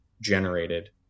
generated